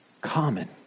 common